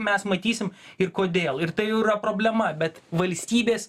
mes matysim ir kodėl ir tai jau yra problema bet valstybės